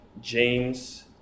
James